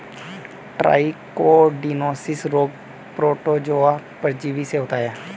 trichodinosis रोग protozoa परजीवी से होता है